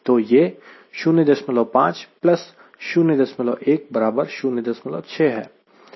तो यह 05 01 बराबर 06 है